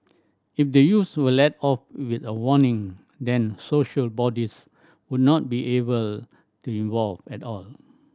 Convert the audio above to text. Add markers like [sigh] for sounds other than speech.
if the youths were let off with a warning then social bodies would not be [unintelligible] involved at all